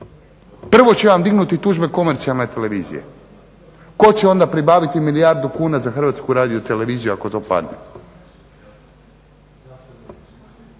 Prvo će vam dignuti tužbe komercijalne televizije koje će onda pribaviti milijardu kuna za Hrvatsku radioteleviziju ako to padne.